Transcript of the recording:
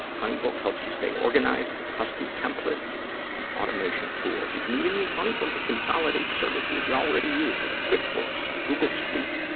honeybook helps you stay organized with custom templates and automation tools. you can even use honeybook to consolidate services you already use, like quickbooks, google suite,